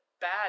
bad